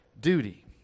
duty